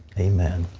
amen.